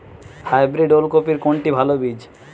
Hybrid ওল কপির কোনটি ভালো বীজ?